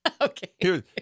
Okay